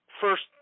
first